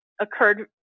occurred